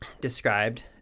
described